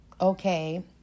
okay